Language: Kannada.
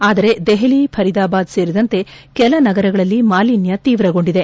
ಆದರೆ ದೆಪಲಿ ಫರಿದಾಬಾದ್ ಸೇರಿದಂತೆ ಕೆಲ ನಗರಗಳಲ್ಲಿ ಮಾಲೀನ್ನ ತೀವ್ರಗೊಂಡಿದೆ